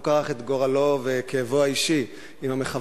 הוא לא כרך את גורלו וכאבו האישי עם